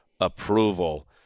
approval